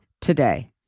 today